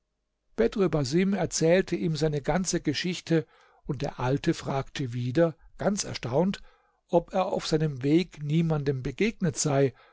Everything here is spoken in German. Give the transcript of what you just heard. basim erzählte ihm seine ganze geschichte und der alte fragte wieder ganz erstaunt ob er auf seinem weg niemandem begegnet sei